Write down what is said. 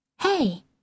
Hey